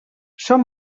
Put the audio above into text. són